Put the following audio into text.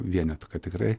vienetų kad tikrai